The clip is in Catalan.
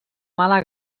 mala